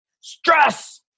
stress